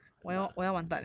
很烂 ah like